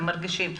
הם מרגישים,